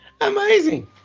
amazing